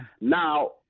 Now